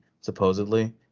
supposedly